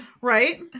right